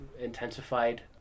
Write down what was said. intensified